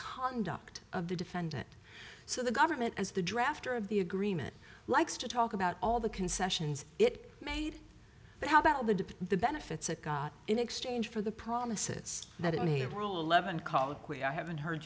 conduct of the defendant so the government as the drafter of the agreement likes to talk about all the concessions it made but how about the benefits it got in exchange for the promises that it may roll eleven call it quick i haven't heard